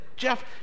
Jeff